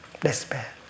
despair